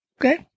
Okay